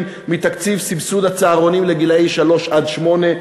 מתקציב סבסוד הצהרונים לגילאי שלוש שמונה,